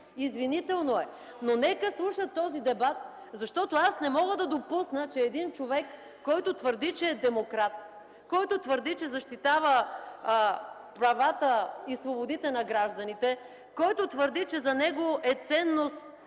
Извинително е, но нека слуша този дебат, защото не мога да допусна, че един човек, който твърди, че е демократ, който твърди, че защитава правата и свободите на гражданите, който твърди, че за него е ценност